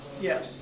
Yes